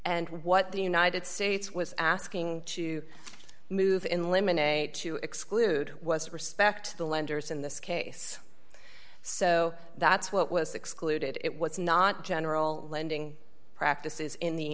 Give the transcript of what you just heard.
and what the united states was asking to move in lemonade to exclude was respect the lenders in this case so that's what was excluded it was not general lending practices in the